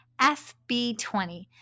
FB20